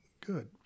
good